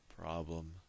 Problem